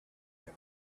and